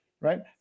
right